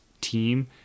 team